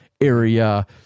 area